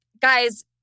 Guys